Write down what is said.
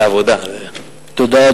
לא, ההצעה בנושא הכינרת ירדה מסדר-היום.